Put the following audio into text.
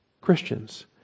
Christians